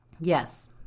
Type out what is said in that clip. Yes